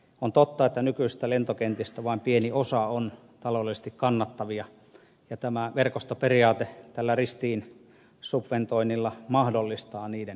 on totta että nykyisistä lentokentistä vain pieni osa on taloudellisesti kannattavia ja verkostoperiaate tällä ristiinsubventoinnilla mahdollistaa niiden ylläpidon